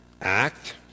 act